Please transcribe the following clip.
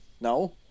No